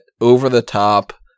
over-the-top